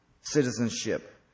citizenship